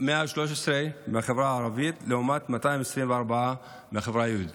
113 בחברה הערבית, לעומת 224 בחברה היהודית.